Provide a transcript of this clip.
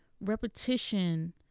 repetition